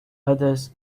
others